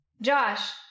Josh